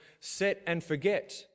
set-and-forget